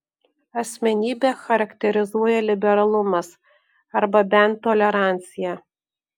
asmenybę charakterizuoja liberalumas arba bent tolerancija